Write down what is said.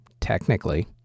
technically